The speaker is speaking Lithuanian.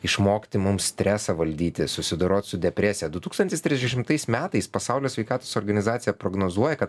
išmokti mums stresą valdyti susidorot su depresija du tūkstantis trisdešimtais metais pasaulio sveikatos organizacija prognozuoja kad